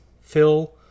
Phil